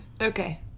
Okay